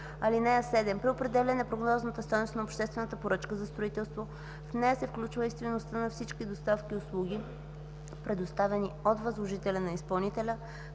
(7) При определяне прогнозната стойност на обществена поръчка за строителство в нея се включва и стойността на всички доставки и услуги, предоставени от възложителя на изпълнителя,